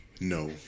No